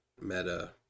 meta